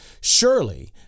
Surely